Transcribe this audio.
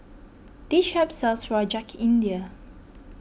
this shop sells Rojak India